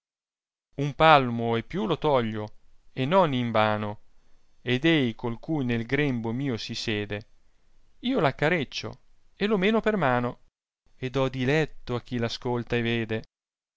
un palmo e più lo toglio e non in vano ed ei col cui nel grembo mio si sede io r accareccio e lo meno per mano e dò diletto a chi l'ascolta e vede